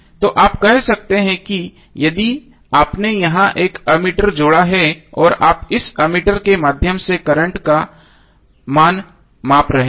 तो आप कह सकते हैं कि यदि आपने यहां एक अमीटर जोड़ा है और आप इस अमीटर के माध्यम से करंट का मान माप रहे हैं